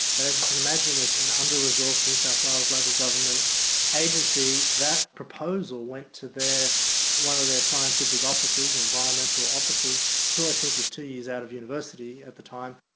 but as you can imagine with an under-resourced new south wales local government agency, that proposal went to one of their scientific officers, or environmental officers who i think was two years out of university at the time.